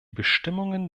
bestimmungen